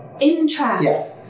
Interest